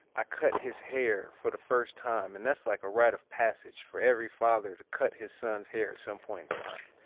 i cut his hair for the first time. and that's like a rite of passage for every father, to cut his son's hair at some point in time.